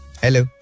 hello